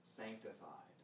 sanctified